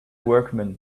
workman